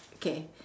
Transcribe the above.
okay